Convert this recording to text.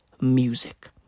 music